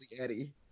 Eddie